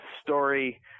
story